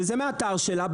וזה מהאתר שלה,